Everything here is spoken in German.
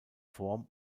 form